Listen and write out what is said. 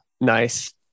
Nice